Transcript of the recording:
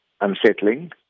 unsettling